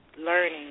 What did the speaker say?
learning